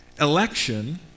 Election